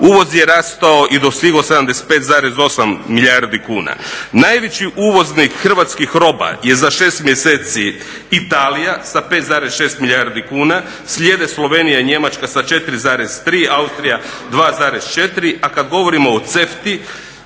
Uvoz je rastao i dostigao 75,8 milijardi kuna. Najveći uvoznik hrvatskih roba je za 6 mjeseci Italija sa 5,6 milijardi kuna, slijede Slovenija i Njemačka sa 4,3, Austrija 2,4 a kad govorimo o